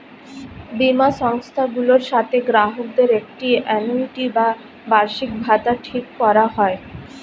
বীমা সংস্থাগুলোর সাথে গ্রাহকদের একটি আ্যানুইটি বা বার্ষিকভাতা ঠিক করা হয়